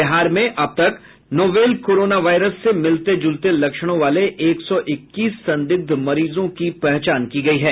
बिहार में अब तक नोवेल कोरोना वायरस से मिलते जुलते लक्षणों वाले एक सौ इक्कीस संदिग्ध मरीजों की पहचान की गयी है